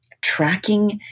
tracking